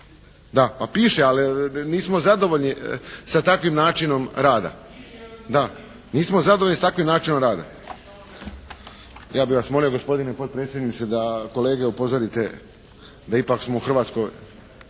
… Da, nismo zadovoljni s takvim načinom rada. Ja bih vas molio gospodine potpredsjedniče da kolege upozorite da ipak smo u Hrvatskom,